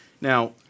Now